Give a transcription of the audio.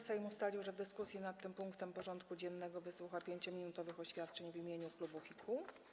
Sejm ustalił, że w dyskusji nad tym punktem porządku dziennego wysłucha 5-minutowych oświadczeń w imieniu klubów i kół.